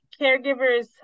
caregivers